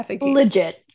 legit